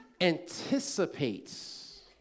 anticipates